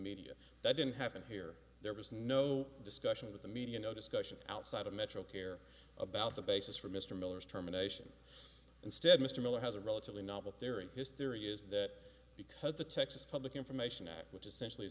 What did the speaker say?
media that didn't happen here there was no discussion of the media no discussion outside of metro care about the basis for mr miller's terminations instead mr miller has a relatively novel theory his theory is that because the texas public information act which essentially